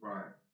Right